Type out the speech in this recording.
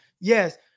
Yes